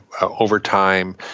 overtime